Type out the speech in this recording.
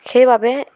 সেইবাবে